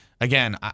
Again